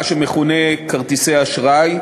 מה שמכונה כרטיסי אשראי,